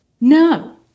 no